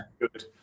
good